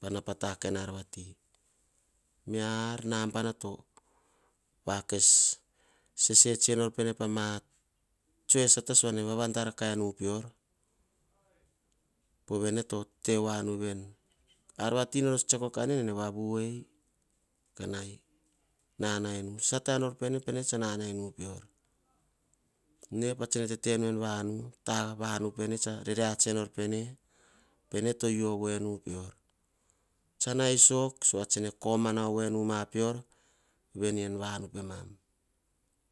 pa nau pata a kain arvati. Miar nabana to sese tsienor pene pama tsi tsoe sata. Sovene vava dar kienu pior. Pene to tevaonu veni, ar vati tsor tsiako nene tevavu kainu pior. Ka nananu tesata en vanu tavanu tsa sata nor pene sove ne to u ovoenu pior nau sok sova tsene komana enu ma pior.